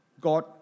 God